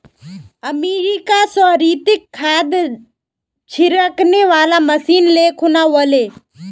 America स रितिक खाद छिड़कने वाला मशीन ले खूना व ले